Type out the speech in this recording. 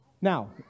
Now